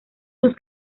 sus